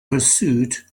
pursuit